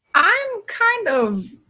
i'm kind of